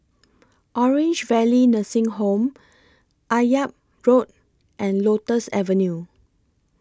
Orange Valley Nursing Home Akyab Road and Lotus Avenue